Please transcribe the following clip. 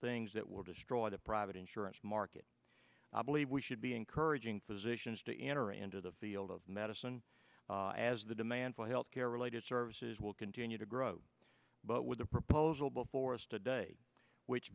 things that will destroy the private insurance market i believe we should be encouraging physicians to enter into the field of medicine as the demand for health care related services will continue to grow but with the proposal before us today which